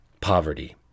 poverty